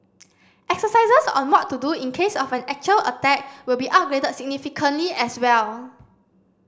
exercises on what to do in case of an actual attack will be upgraded significantly as well